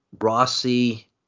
Rossi